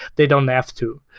they don't have to.